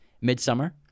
Midsummer